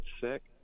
sick